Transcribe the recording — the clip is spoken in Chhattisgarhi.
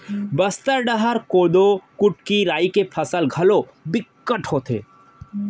बस्तर डहर कोदो, कुटकी, राई के फसल घलोक बिकट होथे